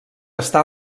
està